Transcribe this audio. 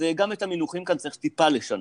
אז גם את המינוחים כאן צריך טיפה לשנות.